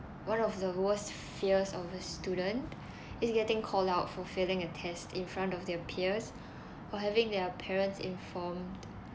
one of the worst fears of a student is getting called out for failing a test in front of their peers or having their parents informed